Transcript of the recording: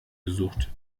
besucht